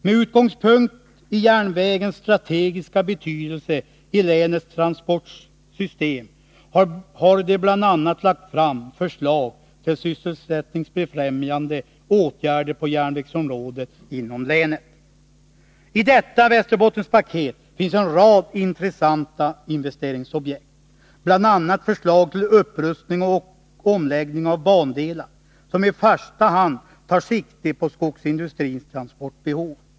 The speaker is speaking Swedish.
Med utgångspunkt i järnvägens strategiska betydelse i länets transportsystem har de bl.a. lagt fram förslag till sysselsättningsfrämjande åtgärder på järnvägsområdet inom länet. I detta ”Västerbottenpaket” finns en rad intressanta investeringsobjekt, bl.a. förslag till upprustning och omläggning av bandelar som i första hand tar sikte på skogsindustrins transportbehov.